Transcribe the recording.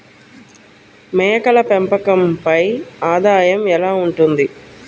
మేకల పెంపకంపై ఆదాయం ఎలా ఉంటుంది?